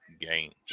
games